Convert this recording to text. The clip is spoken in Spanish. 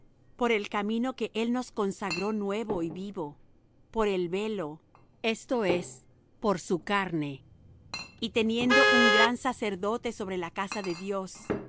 por el camino que él nos consagró nuevo y vivo por el velo esto es por su carne y teniendo un gran sacerdote sobre la casa de dios